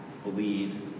believe